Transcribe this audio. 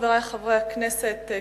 חברי חברי הכנסת,